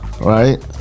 right